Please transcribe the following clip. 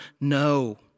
No